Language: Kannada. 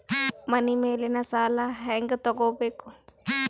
ಮನಿ ಮೇಲಿನ ಸಾಲ ಹ್ಯಾಂಗ್ ತಗೋಬೇಕು?